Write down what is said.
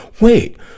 wait